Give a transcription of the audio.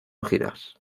giras